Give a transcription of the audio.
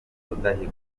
rudahigwa